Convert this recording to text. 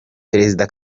parezida